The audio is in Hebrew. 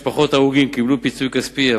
משפחות ההרוגים קיבלו פיצוי כספי,